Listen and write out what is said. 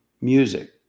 music